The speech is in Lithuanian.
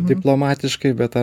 diplomatiškai be ta